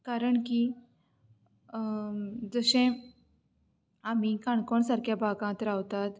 कारण की तशें आमी काणकोण सारक्या भागांत रावतात